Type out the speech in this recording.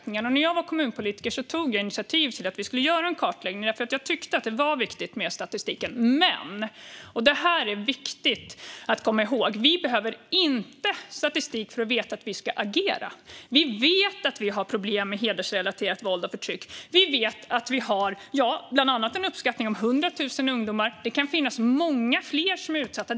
När jag var kommunpolitiker tog jag initiativ till en kartläggning, eftersom jag tyckte att det var viktigt med statistiken. Det är dock viktigt att komma ihåg att vi inte behöver statistik för att veta att vi ska agera. Vi vet att vi har problem med hedersrelaterat våld och förtryck. Vi vet att det finns en uppskattning om 100 000 ungdomar. Det kan finnas många fler som är utsatta.